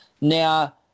Now